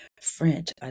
French